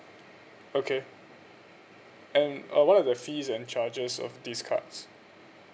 okay and uh what are the fees and charges of these cards